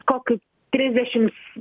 kokių trisdešims